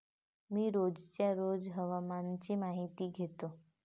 मी रोजच्या रोज हवामानाची माहितीही घेतो